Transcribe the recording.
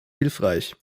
hilfreich